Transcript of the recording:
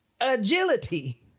agility